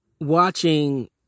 watching